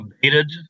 abated